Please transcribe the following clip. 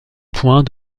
points